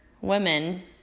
women